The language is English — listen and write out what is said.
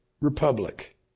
republic